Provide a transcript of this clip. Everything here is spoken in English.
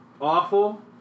awful